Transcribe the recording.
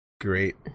Great